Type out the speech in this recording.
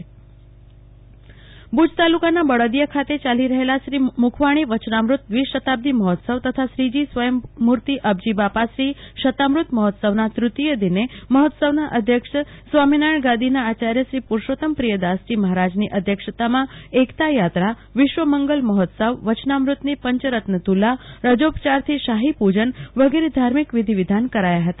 કલ્પના શાહ બળદિયા વચનામૃત દ્રિશતાબ્દી મહોત્સવ ભુજ તાલુકાના બળદિયા ખાતે યાલી રહેલા શ્રી મુખવાણી વયનામૃત દ્રિશતાબ્દી મહોત્સવ તથા શ્રીજી સ્વયંપુર્તિ અબજી બાપાશ્રી સતાપ્રત મહોત્સવના તૃ તીયદિને મહોત્સવના અધ્યક્ષ સ્વામીનારાયણ ગાદીના આચાર્યશ્રી પુરૂષોત્તમ પ્રિય દાસજી મહારાજની અધ્યક્ષતામાં એકતાયાત્રા વિશ્વમંગલ મહોત્સવવયનામૃતની પંચરત્ન તુ લારાજોપચારથી શાદી પુજન વગેરે ધાર્મિક વિધિ વિધાન કરાયા હતા